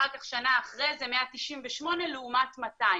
אחר כך שנה אחרי זה 198 לעומת 200,